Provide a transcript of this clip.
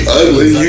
ugly